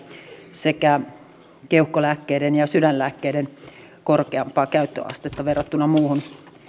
sekä keuhkolääkkeiden ja sydänlääkkeiden korkeampaa käyttöastetta verrattuna muuhun